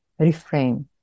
reframe